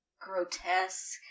grotesque